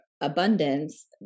abundance